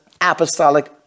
apostolic